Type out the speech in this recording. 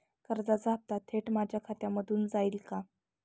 कर्जाचा हप्ता थेट माझ्या खात्यामधून जाईल का?